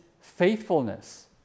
faithfulness